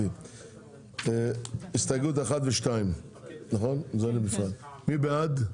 הסתייגות 1. מי בעד?